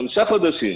חמישה חודשים,